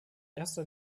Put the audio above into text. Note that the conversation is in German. erster